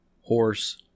Horse